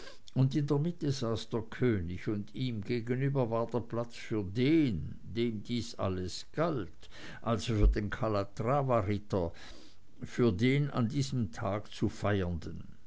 und in der mitte saß der könig und ihm gegenüber war der platz für den dem dies alles galt also für den kalatravaritter für den an diesem tage zu feiernden